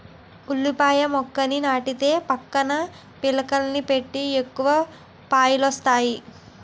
ఉల్లిపాయల మొక్కని నాటితే పక్కన పిలకలని పెట్టి ఎక్కువ పాయలొస్తాయి